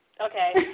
Okay